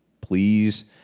Please